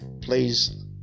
please